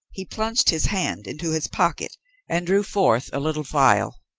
he plunged his hand into his pocket and drew forth a little phial.